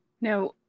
Now